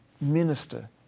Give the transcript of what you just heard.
minister